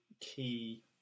key